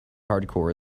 hardcore